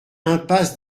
impasse